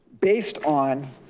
based on